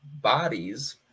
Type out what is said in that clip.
bodies